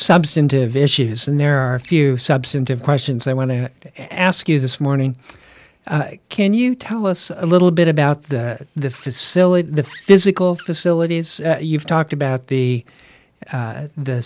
substantive issues and there are a few substantive questions i want to ask you this morning can you tell us a little bit about the the facility the physical facilities you've talked about the